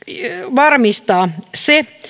varmistaa se